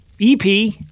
EP